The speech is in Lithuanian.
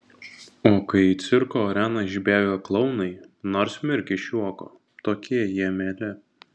o kai į cirko areną išbėga klounai nors mirk iš juoko tokie jie mieli